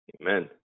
Amen